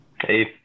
hey